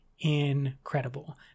incredible